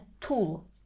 tool